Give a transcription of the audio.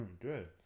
Good